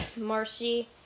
Marcy